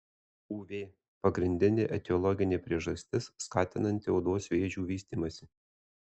uv pagrindinė etiologinė priežastis skatinanti odos vėžių vystymąsi